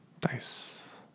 dice